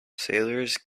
sailors